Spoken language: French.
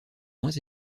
moins